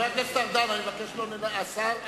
השר ארדן.